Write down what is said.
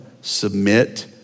submit